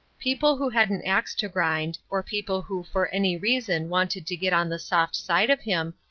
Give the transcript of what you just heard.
people who had an ax to grind, or people who for any reason wanted to get on the soft side of him,